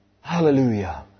Hallelujah